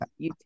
YouTube